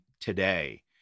today